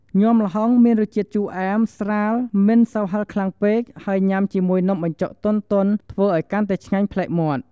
ញាំល្ហុងមានរសជាតិជូរអែម ស្រាល មិនសូវហិរខ្លាំងពេក ហើយញ៉ាំជាមួយនំបញ្ចុកទន់ៗ ធ្វើឲ្យកាន់តែឆ្ងាញ់ប្លែកមាត់។